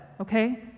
okay